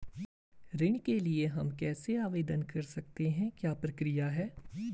ऋण के लिए हम कैसे आवेदन कर सकते हैं क्या प्रक्रिया है?